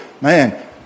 Man